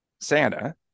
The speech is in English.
Santa